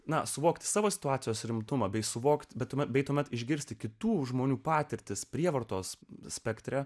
na suvokti savo situacijos rimtumą bei suvokti bendrumą bei tuomet išgirsti kitų žmonių patirtis prievartos spektre